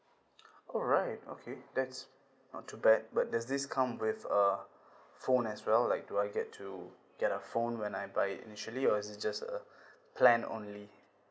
alright okay that's not too bad but does this come with uh phone as well like do I get to get a phone when I buy it initially or is it just a plan only